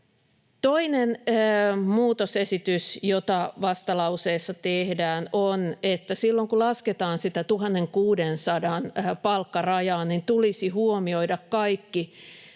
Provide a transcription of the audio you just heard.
Toinen muutosesitys, joka vastalauseissa tehdään, on, että silloin, kun lasketaan sitä 1 600:n palkkarajaa, tulisi huomioida kaikki